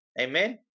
Amen